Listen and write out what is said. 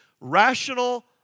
rational